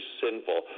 sinful